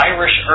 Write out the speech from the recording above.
Irish